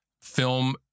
film